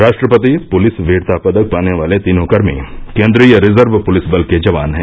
राष्ट्रपति पुलिस वीरता पदक पाने वाले तीनों कर्मी केन्द्रीय रिजर्व पुलिस बल के जवान हैं